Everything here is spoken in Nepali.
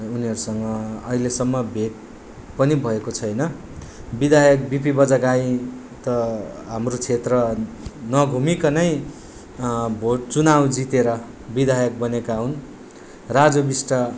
उनीहरूसँग अहिलेसम्म भेट पनि भएको छैन विधायक बि पि बजगाईँ त हाम्रो क्षेत्र नघुमिकनै भोट चुनाउ जितेर विधायक बनेका हुन् राजु बिष्ट